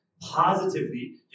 Positively